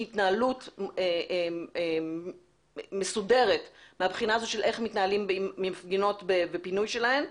התנהלות מסודרת מהבחינה הזאת של איך מתנהלים עם מפגינות ועם הפינוי שלהן.